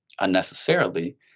unnecessarily